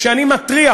כשאני מתריע,